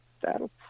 that'll